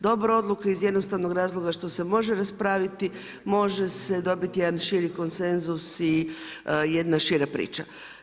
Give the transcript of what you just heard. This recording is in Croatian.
Dobra odluka iz jednostavno razloga što se može raspraviti, može se dobiti jedan šiti konsenzus i jedna šira priča.